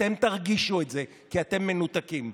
אתם תרגישו את זה כי אתם מנותקים.